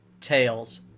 tails